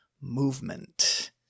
movement